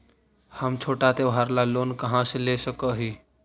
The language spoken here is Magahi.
हम छोटा त्योहार ला लोन कहाँ से ले सक ही?